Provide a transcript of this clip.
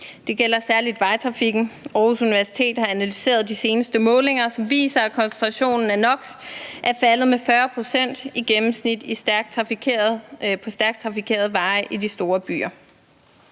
Det gælder særlig vejtrafikken. Aarhus Universitet har analyseret de seneste målinger, som viser, at koncentrationen af NOX er faldet med 40 pct. i gennemsnit ved stærkt trafikerede veje i de store byer.